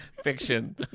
fiction